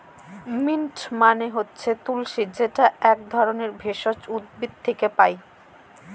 mint মানে হচ্ছে তুলশী যেটা এক ধরনের ভেষজ উদ্ভিদ থেকে পায়